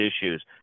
issues